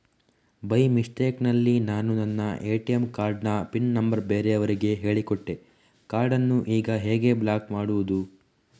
By mistake ನಲ್ಲಿ ನಾನು ನನ್ನ ಎ.ಟಿ.ಎಂ ಕಾರ್ಡ್ ನ ಪಿನ್ ನಂಬರ್ ಬೇರೆಯವರಿಗೆ ಹೇಳಿಕೊಟ್ಟೆ ಕಾರ್ಡನ್ನು ಈಗ ಹೇಗೆ ಬ್ಲಾಕ್ ಮಾಡುವುದು?